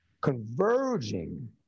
converging